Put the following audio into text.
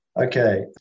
Okay